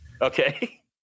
Okay